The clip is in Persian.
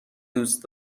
دوست